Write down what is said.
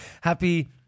Happy